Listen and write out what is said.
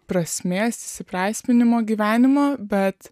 prasmės įprasminimo gyvenimo bet